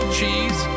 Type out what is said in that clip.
Cheese